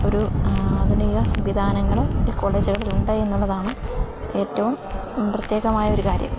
ഒരു ആധുനിക സംവിധാനങ്ങൾ ഈ കോളേജുകളിലുണ്ട് എന്നുള്ളതാണ് ഏറ്റവും പ്രത്യേകമായൊരു കാര്യം